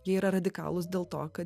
jie yra radikalūs dėl to kad